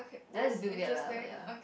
and then the Bill Gates lah but ya